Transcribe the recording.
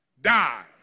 die